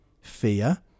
Fear